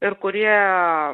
ir kurie